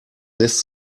lässt